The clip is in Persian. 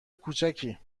کوچیکی